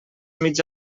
mig